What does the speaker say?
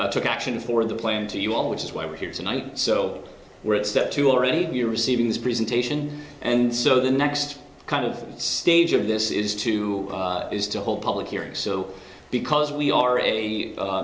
made took action for the plan to you all which is why we're here tonight so we're at step two already receiving this presentation and so the next kind of stage of this is to is to hold public hearings so because we are a u